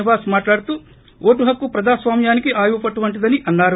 నివాస్ మాట్లాడుతూ ఓటు హక్కు ప్రజాస్వామ్యానికి ఆయువు పట్లువంటిదని అన్నారు